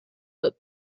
foot